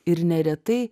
ir neretai